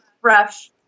fresh